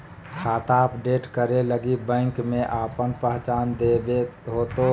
खाता अपडेट करे लगी बैंक में आपन पहचान देबे होतो